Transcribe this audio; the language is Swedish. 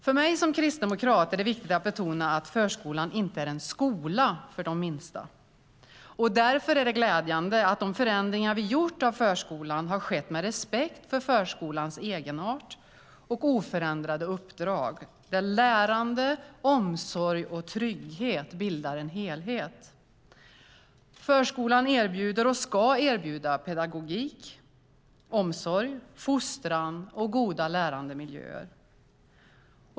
För mig som kristdemokrat är det viktigt att betona att förskolan inte är en skola för de minsta. Därför är det glädjande att de förändringar vi har gjort av förskolan har skett med respekt för förskolans egenart och oförändrade uppdrag, där lärande, omsorg och trygghet bildar en helhet. Förskolan erbjuder, och ska erbjuda, pedagogisk verksamhet, omsorg, fostran och goda lärandemiljöer.